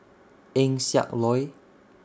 Eng Siak Loy